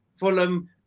Fulham